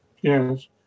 Yes